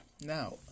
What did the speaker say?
Now